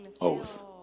oath